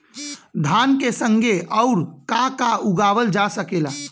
धान के संगे आऊर का का उगावल जा सकेला?